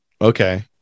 Okay